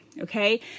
okay